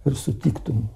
ar sutiktum